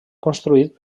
construït